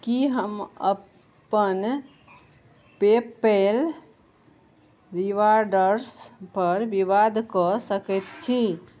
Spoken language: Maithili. की हम अपन पेपैल रिवार्ड्सपर विवाद कऽ सकैत छी